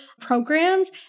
programs